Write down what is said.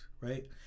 right